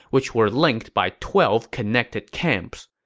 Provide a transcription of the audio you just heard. which were linked by twelve connected camps.